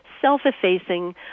self-effacing